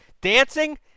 Dancing